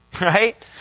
right